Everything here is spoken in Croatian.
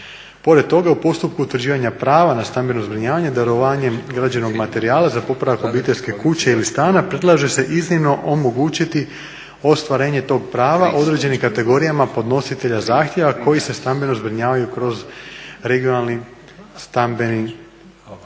Pored toga u postupku utvrđivanja prava na stambeno zbrinjavanje darovanjem građevnog materijala za popravak obiteljske kuće ili stana predlaže se iznimno omogućiti ostvarenje tog prava određenim kategorijama podnositelja zahtjeva koji se stambeno zbrinjavaju kroz regionalni stambeni,